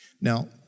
Now